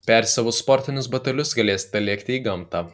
persiavus sportinius batelius galėsite lėkti į gamtą